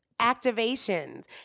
activations